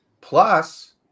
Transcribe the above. plus